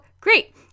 great